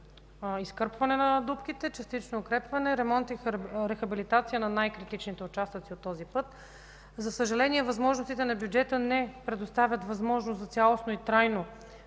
изкърпване на дупките, частично укрепване, ремонт и рехабилитация на най-критичните участъци от този път. За съжаление възможностите на бюджета не предоставят възможност за цялостно и трайно